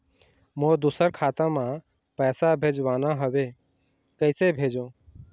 मोर दुसर खाता मा पैसा भेजवाना हवे, कइसे भेजों?